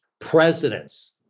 presidents